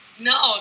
No